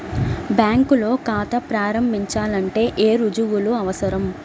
బ్యాంకులో ఖాతా ప్రారంభించాలంటే ఏ రుజువులు అవసరం?